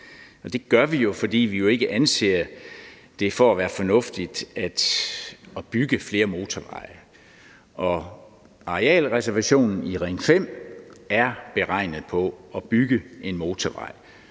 det gør vi jo, fordi vi ikke anser det for at være fornuftigt at bygge flere motorveje. Arealreservationen i Ring 5 er beregnet på, at der skal bygges en motorvej.